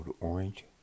Orange